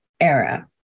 era